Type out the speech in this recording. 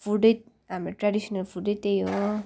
फुडै हाम्रो ट्रेडिसनल फुडै त्यही हो